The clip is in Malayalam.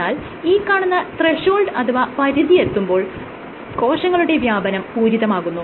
എന്നാൽ ഈ കാണുന്ന ത്രെഷോൾഡ് അഥവാ പരിധിയെത്തുമ്പോൾ കോശങ്ങളുടെ വ്യാപനം പൂരിതമാകുന്നു